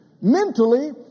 Mentally